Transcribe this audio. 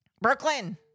Brooklyn